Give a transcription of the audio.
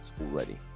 already